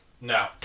No